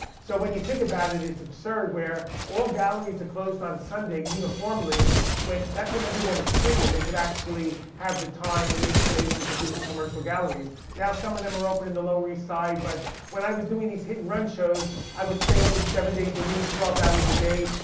so when you think about it, it's absurd where all galleries are closed on sunday uniformly when that's when everyone is free, and they could actually have the time and the inclination to visit commercial galleries. now some of them are open in the lower east side, but when i was doing these hit and run shows i would stay open seven days a week, twelve hours a day.